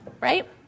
right